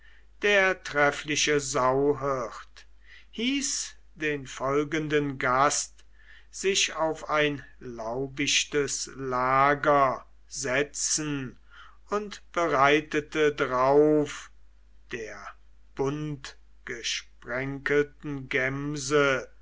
der treffliche sauhirt hieß den folgenden gast sich auf ein laubichtes lager setzen und breitete drauf der buntgesprenkelten gemse